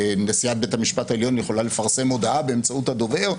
נשיאת בית המשפט העליון יכולה לפרסם הודעה באמצעות הדובר,